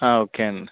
okay అండి